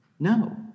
No